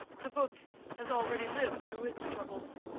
the book has already lived through its troubles.